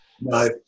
no